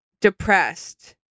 depressed